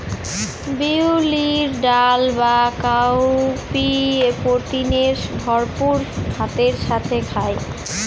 বিউলির ডাল বা কাউপিএ প্রোটিনে ভরপুর ভাতের সাথে খায়